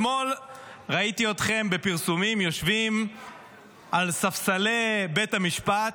אתמול ראיתי אתכם בפרסומים יושבים על ספסלי בית המשפט,